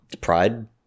Pride